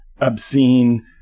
obscene